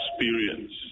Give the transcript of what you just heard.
experience